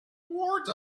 towards